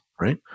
right